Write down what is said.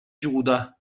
giuda